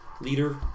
leader